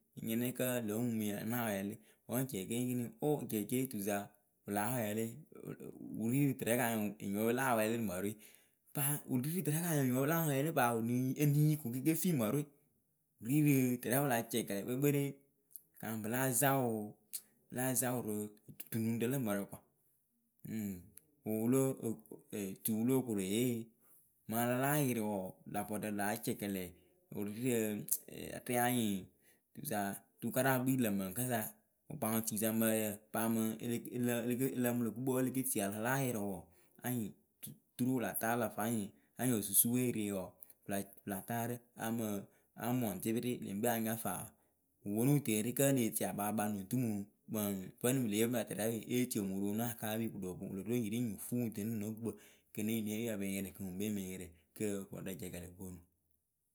nyɩnɩ kǝ lo mumuŋyi nya náa wɛlɩ wǝ ŋ ceke ŋ ekiniŋ oo jeece tusa wɨ láa wlɩ. wɨ ri tɨrɛ kanyɩŋ enyipǝ pɨ láa wlɩ rɨ mǝrɨwe paa enyipǝ pɨ láa wlɩ rɨ mǝrɨwe wɨlɨŋ yi eliŋyi ko kekefi mǝrɨwe wirirɨ tɨrɛ wɨ la cɛkɛlɛ kpekperee kanyɩŋ pɨ láa zaŋwʊ pɨ láa zaŋwʊ rɨ dutunuŋɖǝ lǝ mǝrǝ kɔa wɨ wɨlo tuwɨlokoreyee maŋ ayalayɩrɩ wɔɔ la vɔɖǝ láa cɛkɛlɛ wɨ rirɨ rɛ anyɩŋ wɨkpaŋtuisa mǝǝyǝ paa mɨŋ eleke ǝlǝ ǝlǝǝmɨ lö gukpǝ wǝ eleketi a láa yɩrɩ wɔɔ anyɩŋ turu wɨla taarɨ lǝ fayɩŋ anyɩŋ osusupue ere wɔɔ pɨla taarɨ a mɨ amɔŋtɩpɩrɩ leŋkpe anya faa wɨ ponu wɨ teeri kǝ e lée ti akpaakpa nuŋtumu mɨŋ vǝnɨŋ pɨle yeemɨ la tɨrɛ we eti omuroonu akaapi wɨ loo poŋ wɨlo ɖo nyirɩŋnyi ŋ fuu ŋwɨ ŋ tɨnɨ tɨ no gukpǝ kiniŋ ye yǝ mɨŋ yɩrɩ kɨ ŋwɨŋkpe mɨŋ yɩrɩ kɨ vɔɖǝ jkɛlɛ goonu ŋwɨ.